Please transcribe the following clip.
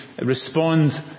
respond